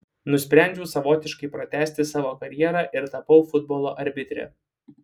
nusprendžiau savotiškai pratęsti savo karjerą ir tapau futbolo arbitre